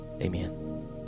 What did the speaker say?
amen